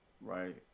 right